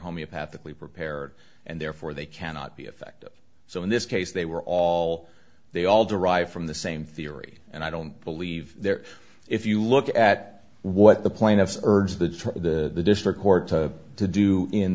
homeopathically prepared and therefore they cannot be effective so in this case they were all they all derived from the same theory and i don't believe there if you look at what the plaintiffs urge the district court to do in